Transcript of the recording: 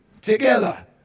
together